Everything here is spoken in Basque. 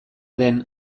den